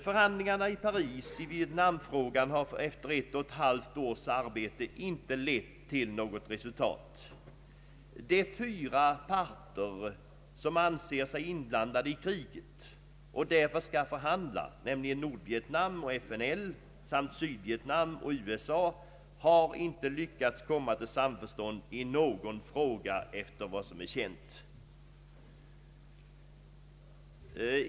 Förhandlingarna i Paris i Vietnamfrågan har efter ett och ett halvt års arbete inte lett till resultat. De fyra par Ang. Sveriges utrikesoch handelspolitik ter som anser sig inblandade i kriget och därför skall förhandla, nämligen Nordvietnam och FNL samt Sydvietnam och USA har inte lyckats komma till samförstånd i någon fråga, efter vad som är känt.